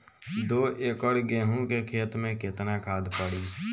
दो एकड़ गेहूँ के खेत मे केतना खाद पड़ी?